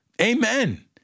Amen